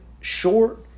short